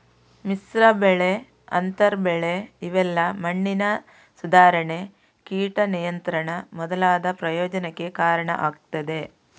ಮಿಶ್ರ ಬೆಳೆ, ಅಂತರ ಬೆಳೆ ಇವೆಲ್ಲಾ ಮಣ್ಣಿನ ಸುಧಾರಣೆ, ಕೀಟ ನಿಯಂತ್ರಣ ಮೊದಲಾದ ಪ್ರಯೋಜನಕ್ಕೆ ಕಾರಣ ಆಗ್ತದೆ